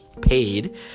paid